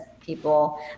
people